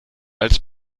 als